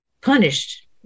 punished